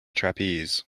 trapeze